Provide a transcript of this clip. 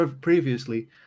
previously